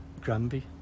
Granby